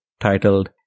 titled